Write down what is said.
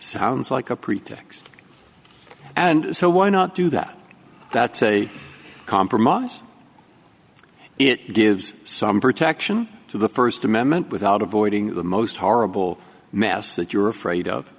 like a pretext and so why not do that that's a compromise it gives some protection to the first amendment without avoiding the most horrible mess that you're afraid of